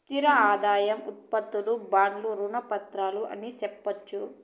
స్థిర ఆదాయం ఉత్పత్తులు బాండ్లు రుణ పత్రాలు అని సెప్పొచ్చు